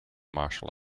martial